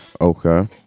Okay